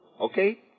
Okay